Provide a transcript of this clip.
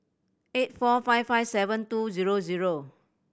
eight four five five seven two zero zero